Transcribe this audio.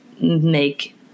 make